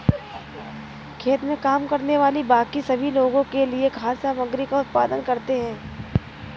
खेत में काम करने वाले बाकी सभी लोगों के लिए खाद्य सामग्री का उत्पादन करते हैं